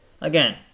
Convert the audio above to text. again